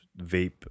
vape